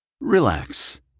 Relax